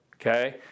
okay